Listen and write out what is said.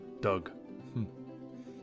Doug